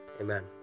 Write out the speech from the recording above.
Amen